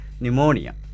pneumonia